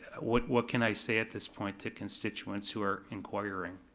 what what can i say at this point to constituents who are inquiring?